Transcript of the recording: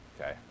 Okay